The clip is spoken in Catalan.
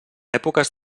èpoques